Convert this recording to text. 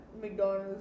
McDonald's